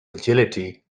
agility